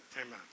amen